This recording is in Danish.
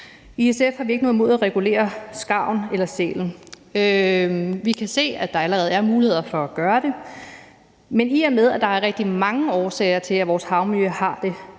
I SF har vi ikke noget imod at regulere skarven eller sælen. Vi kan se, at der allerede er muligheder for at gøre det. Men i og med at der er rigtig mange årsager til, at vores havmiljø har det